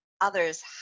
others